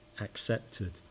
accepted